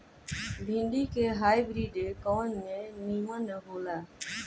भिन्डी के हाइब्रिड कवन नीमन हो ला?